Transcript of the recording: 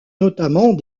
notamment